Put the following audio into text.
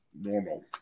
normal